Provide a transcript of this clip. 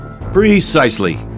Precisely